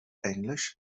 englisch